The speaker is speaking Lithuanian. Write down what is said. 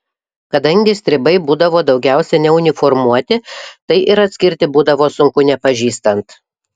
kadangi stribai būdavo daugiausiai neuniformuoti tai ir atskirti būdavo sunku nepažįstant